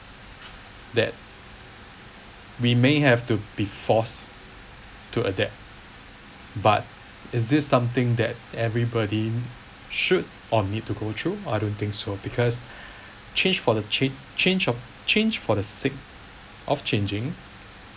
that we may have to be forced to adapt but is this something that everybody should or need to go through I don't think so because changed for the cheap change of change for the sake of changing